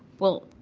well,